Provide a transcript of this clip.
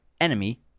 Enemy